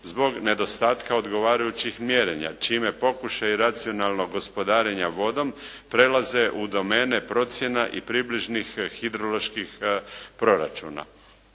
zbog nedostatka odgovarajućih mjerenja čime pokušaj racionalnog gospodarenja vodom prelaze u domene procjena i približnih hidroloških proračuna.